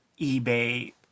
eBay